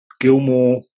Gilmore